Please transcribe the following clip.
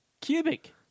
Cubic